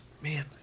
Man